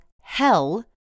hell